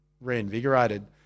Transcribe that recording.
reinvigorated